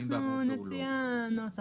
אנחנו נציע נוסח.